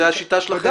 זו השיטה שלכם?